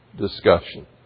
discussion